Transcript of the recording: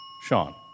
Sean